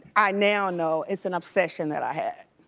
i now know, it's an obsession that i had.